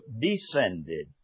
descended